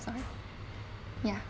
ya